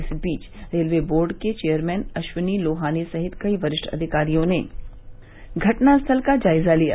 इस बीच railway board के चेयरमैन अश्विनी लोहानी सहित कई वरिष्ठ अधिकारियों ने घटनास्थल का जायजा लिया